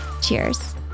Cheers